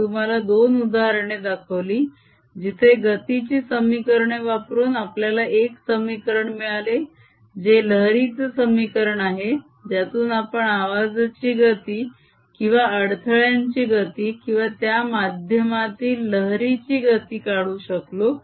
मी तुम्हाला दोन उदाहरणे दाखवली जिथे गतीची समीकरणे वापरून आपल्याला एक समीकरण मिळाले जे लहरीचे समीकरण आहे ज्यातून आपण आवाजाची गती किंवा अडथळ्याची गती किंवा त्या माध्यमातील लहरी ची गती काढू शकलो